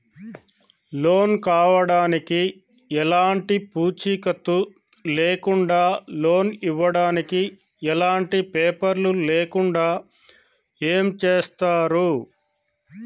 Loan కావడానికి ఎలాంటి పూచీకత్తు లేకుండా లోన్ ఇవ్వడానికి ఎలాంటి పేపర్లు లేకుండా ఏం చేస్తారు?